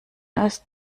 ist